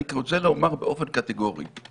אני רוצה לומר באופן קטגורי,